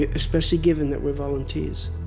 ah especially given that we're volunteers.